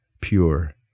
pure